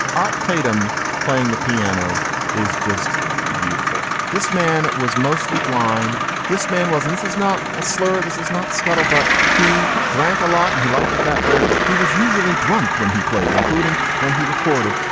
art tatum playing the piano is just beautiful. this man was mostly blind. this man wasn't. this is not a slur. this is not scuttlebutt. he drank a lot and he liked it that way. he was usually drunk when he played, including when he recorded.